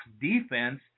defense